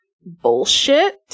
bullshit